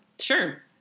Sure